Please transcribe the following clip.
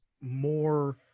more